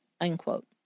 unquote